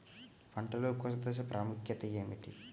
పంటలో కోత దశ ప్రాముఖ్యత ఏమిటి?